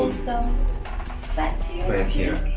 some fats here here